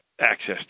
access